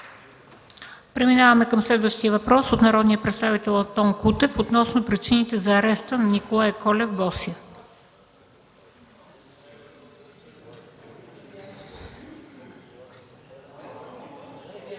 Преминаваме към следващия въпрос от народния представител Антон Кутев относно причините за ареста на Николай Колев – Босия.